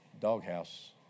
doghouse